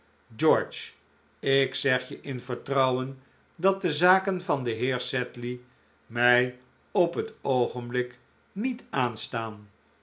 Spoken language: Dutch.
george ik zeg je in vertrouwen dat de zaken van den heer sedley mij op het oogenblik niet aanstaan